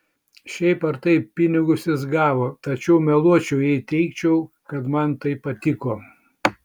šiaip ar taip pinigus jis gavo tačiau meluočiau jei teigčiau kad man tai patiko